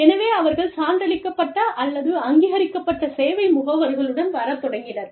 எனவே அவர்கள் சான்றளிக்கப்பட்ட அல்லது அங்கீகரிக்கப்பட்ட சேவை முகவர்களுடன் வரத் தொடங்கினர்